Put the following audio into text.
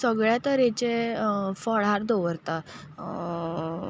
सगळ्या तरेचे फळार दवरता